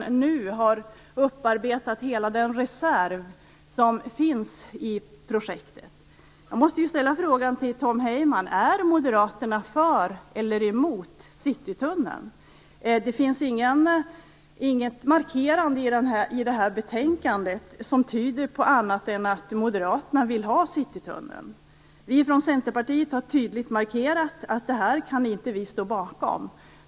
Man har redan nu använt hela den reserv som finns i projektet. Jag måste fråga Tom Heyman om Moderaterna är för eller emot Citytunneln. Det finns ingen markering i betänkandet som tyder på annat än att Moderaterna vill ha Citytunneln. Vi från Centerpartiet har tydligt markerat att vi inte kan stå bakom projektet.